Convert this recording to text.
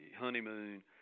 honeymoon